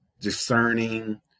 discerning